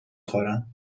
خورم